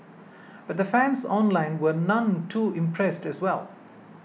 but the fans online were none too impressed as well